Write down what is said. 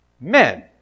Men